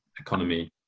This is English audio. economy